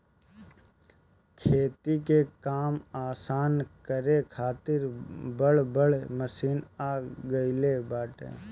खेती के काम आसान करे खातिर बड़ बड़ मशीन आ गईल बाटे